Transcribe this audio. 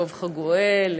יעקב חגואל,